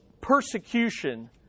persecution